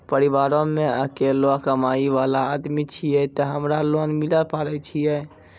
परिवारों मे अकेलो कमाई वाला आदमी छियै ते हमरा लोन मिले पारे छियै?